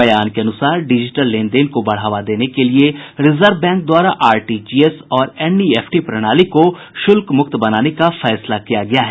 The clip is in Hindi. बयान के अनुसार डिजिटल लेनदेन को बढ़ावा देने के लिए रिजर्व बैंक द्वारा आरटीजीएस और एनईएफटी प्रणाली को शुल्क मुक्त बनाने का फैसला किया गया है